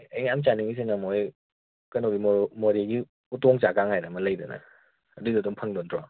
ꯑꯩꯅ ꯌꯥꯝ ꯆꯥꯅꯤꯡꯂꯤꯁꯤꯅ ꯃꯣꯏ ꯀꯩꯅꯣꯒꯤ ꯃꯣꯔꯦꯒꯤ ꯎꯇꯣꯡ ꯆꯥꯛ ꯀꯥꯏꯅ ꯑꯃ ꯂꯩꯗꯅ ꯑꯗꯨꯏꯗꯣ ꯑꯗꯨꯝ ꯐꯪꯕ ꯅꯠꯇ꯭ꯔꯣ